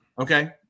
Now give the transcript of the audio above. okay